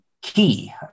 key